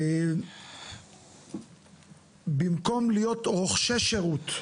היא שבמקום להיות רוכשי שירות,